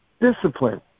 Discipline